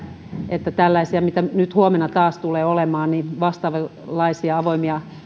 että tällaisia mitä nyt huomenna taas tulee olemaan vastaavanlaisia avoimia